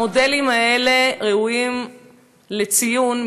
המודלים האלה ראויים לציון,